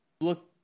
look